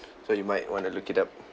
so you might want to look it up